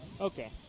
Okay